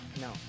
no